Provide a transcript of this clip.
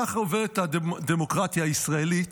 כך עובדת הדמוקרטיה הישראלית,